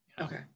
Okay